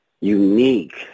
unique